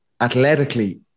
Athletically